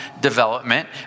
development